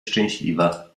szczęśliwa